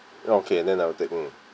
okay and then I will take mm